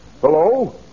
Hello